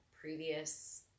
previous